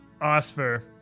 Osfer